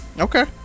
Okay